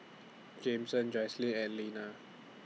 Jameson Joycelyn and Linna